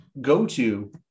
go-to